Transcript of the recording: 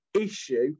issue